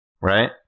right